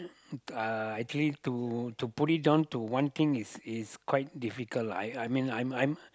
uh actually to to put it down to one thing is is quite difficult lah I I mean I'm I'm